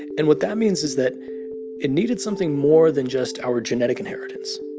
and what that means is that it needed something more than just our genetic inheritance.